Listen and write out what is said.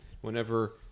Whenever